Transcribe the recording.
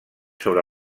sobre